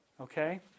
okay